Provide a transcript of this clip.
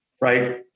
right